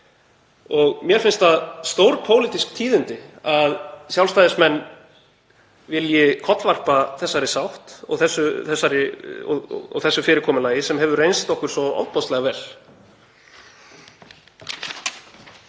Mér finnst það stórpólitísk tíðindi að Sjálfstæðismenn vilji kollvarpa þessari sátt og þessu fyrirkomulagi sem hefur reynst okkur svo ofboðslega vel.